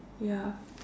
ya